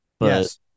Yes